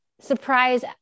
surprise